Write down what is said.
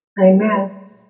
Amen